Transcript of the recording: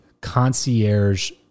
concierge